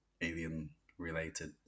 alien-related